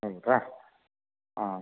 ಹೌದಾ ಹಾಂ